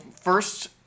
first